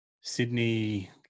Sydney